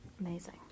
Amazing